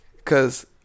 cause